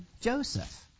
Joseph